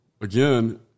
again